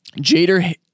Jader